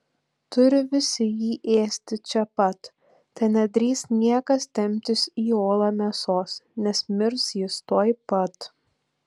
turi visi jį ėsti čia pat te nedrįs niekas temptis į olą mėsos nes mirs jis tuoj pat